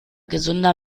gesunder